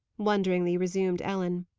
wonderingly resumed ellen.